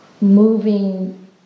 moving